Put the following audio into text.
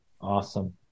awesome